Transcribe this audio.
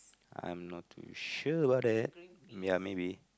I'm not too sure about that ya maybe